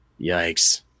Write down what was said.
Yikes